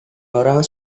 orang